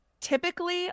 typically